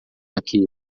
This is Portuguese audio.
aqui